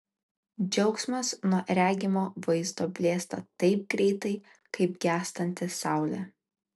džiaugsmas nuo regimo vaizdo blėsta taip greitai kaip gęstanti saulė